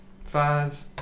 Five